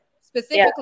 specifically